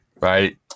Right